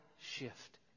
shift